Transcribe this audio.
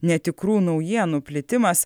netikrų naujienų plitimas